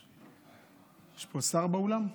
יש פה שר באולם?